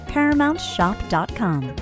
ParamountShop.com